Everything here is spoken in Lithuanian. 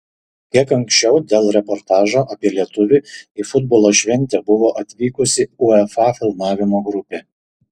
kiek anksčiau dėl reportažo apie lietuvį į futbolo šventę buvo atvykusi uefa filmavimo grupė